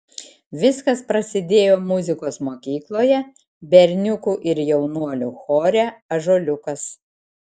viskas prasidėjo muzikos mokykloje berniukų ir jaunuolių chore ąžuoliukas